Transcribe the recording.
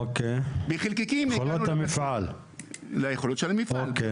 אוקי, יכולות המפעל, אוקי.